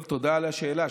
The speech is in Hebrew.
טוב, תודה על השאלה.